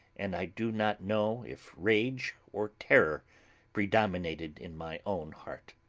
and i do not know if rage or terror predominated in my own heart.